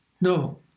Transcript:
No